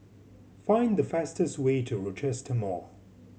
find the fastest way to Rochester Mall